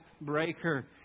breaker